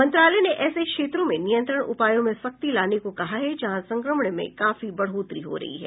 मंत्रालय ने ऐसे क्षेत्रों में नियंत्रण उपायों में सख्ती लाने को कहा है जहां संक्रमण में काफी बढ़ोतरी हो रही हो